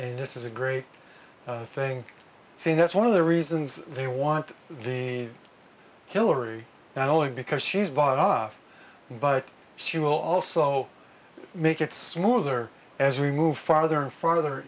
and this is a great thing see that's one of the reasons they want the hillary not only because she's bought off but she will also make it smoother as we move farther and farther